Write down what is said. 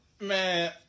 man